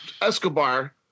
Escobar